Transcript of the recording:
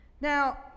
Now